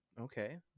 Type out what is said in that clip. okay